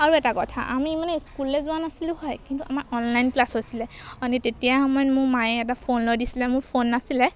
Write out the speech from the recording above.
আৰু এটা কথা আমি মানে স্কুললৈ যোৱা নাছিলোঁ হয় কিন্তু আমাৰ অনলাইন ক্লাছ হৈছিলে মানে তেতিয়াৰ সময়ত মোৰ মায়ে এটা ফোন লৈ দিছিলে মোৰ ফোন নাছিলে